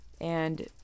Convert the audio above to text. and-